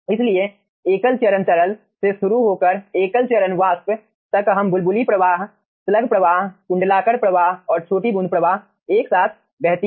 इसलिए एकल चरण तरल से शुरू होकर एकल चरण वाष्प तक हम बुलबुली प्रवाह स्लग प्रवाह कुंडलाकार प्रवाह और छोटी बूंद प्रवाह एक साथ बहती है